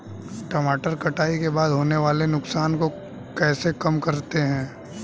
टमाटर कटाई के बाद होने वाले नुकसान को कैसे कम करते हैं?